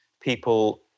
people